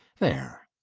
there!